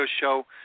show